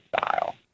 style